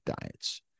diets